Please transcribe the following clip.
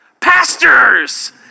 Pastors